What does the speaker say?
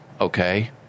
okay